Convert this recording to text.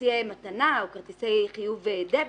כרטיסי מתנה או כרטיסי חיוב דבי.